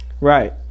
Right